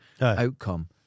outcome